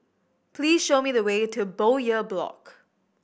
please show me the way to Bowyer Block